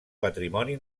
patrimoni